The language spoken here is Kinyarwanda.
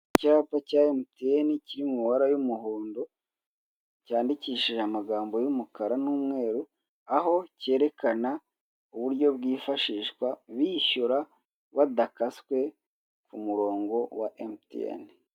Icyapa cya emutiyeni kiri mu mabara y'umuhondo cyandikishije amagambo y'umukara n'umweru aho kerekana uburyo bwifashishwa bishyura badakaswe ku murongo wa emutiyeni.